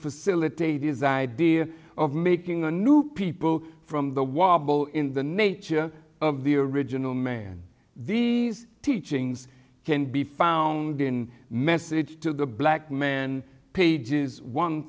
facilitate reside there of making a new people from the wobble in the nature of the original man these teachings can be found in message to the black man pages one